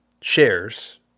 shares